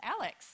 Alex